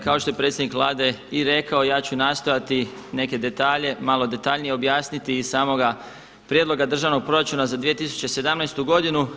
Kao što je predsjednik Vlade i rekao ja ću nastojati neke detalje malo detaljnije objasniti iz samoga prijedloga Državnog proračuna za 2017. godinu.